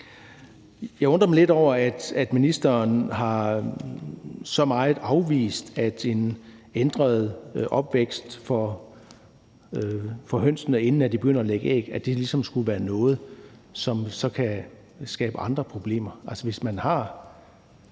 Jeg undrer mig lidt over, at ministeren i så høj grad har afvist forslaget og sagt, at en ændret opvækst for hønsene, inden de begynder at lægge æg, ligesom skulle være noget, som så kunne skabe andre problemer – altså, at det, hvis man har